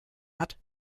hat